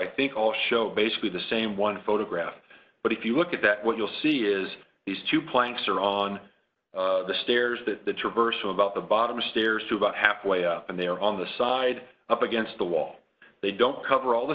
i think all show basically the same one photograph but if you look at that what you'll see is these two planks are on the stairs that the traversing about the bottom stairs to about halfway up and they are on the side up against the wall they don't cover all the